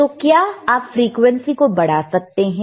तो क्या आप फ्रीक्वेंसी को बढ़ा सकते हैं